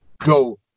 go